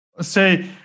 say